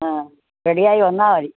ആ റെഡിയായി വന്നാൽ മതി